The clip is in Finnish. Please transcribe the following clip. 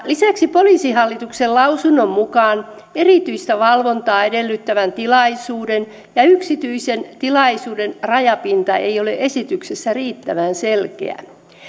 lisäksi poliisihallituksen lausunnon mukaan erityistä valvontaa edellyttävän tilaisuuden ja yksityisen tilaisuuden rajapinta ei ole esityksessä riittävän selkeä